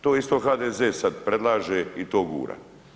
To isto HDZ sad predlaže i to gura.